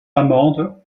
amendes